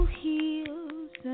heals